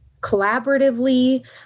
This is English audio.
collaboratively